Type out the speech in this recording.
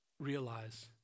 realize